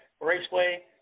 Raceway